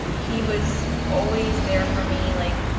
he was always there for me, like,